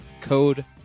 code